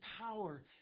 power